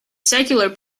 secular